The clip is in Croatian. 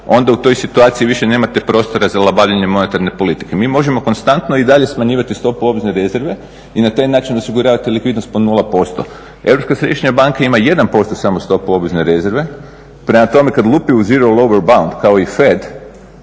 onda u toj situaciji više nemate prostora za … monetarne politike. Mi možemo konstantno i dalje smanjivati stopu obvezne rezerve i na taj način osiguravati likvidnost po 0%. Europska središnja banka ima 1% samo stopu obvezne rezerve, prema tome kad lupi u zero lower … kao i FED,